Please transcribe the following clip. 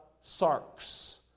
sarks